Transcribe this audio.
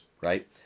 Right